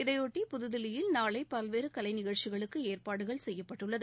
இதையொட்டி புதுதில்லியில் நாளை பல்வேறு கலை நிகழ்ச்சிகளுக்கு ஏற்பாடு செய்யப்பட்டுள்ளது